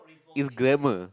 is grammar